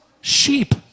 sheep